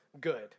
good